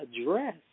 address